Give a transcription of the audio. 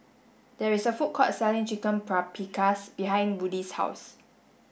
there is a food court selling Chicken Paprikas behind Woodie's house